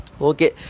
Okay